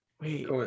Wait